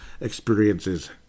experiences